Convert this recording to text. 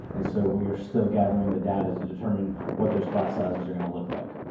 and so we are still gathering the data to determine what those class sizes are going to look like.